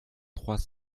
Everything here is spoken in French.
trois